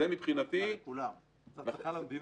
זאת הצלחה למדינה.